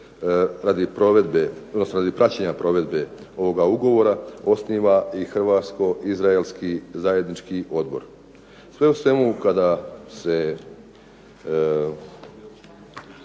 radi praćenja provedbe ovoga ugovora osniva i Hrvatsko izraelski zajednički odbor. Sve u svemu kada se